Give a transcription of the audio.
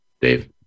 Dave